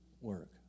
work